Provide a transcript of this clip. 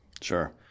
Sure